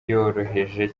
yoroheje